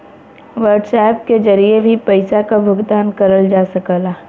WhatsApp के जरिए भी पइसा क भुगतान करल जा सकला